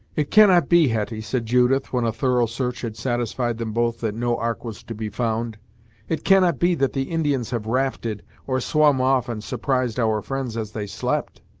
it cannot be, hetty, said judith, when a thorough search had satisfied them both that no ark was to be found it cannot be that the indians have rafted, or swum off and surprised our friends as they slept?